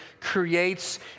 creates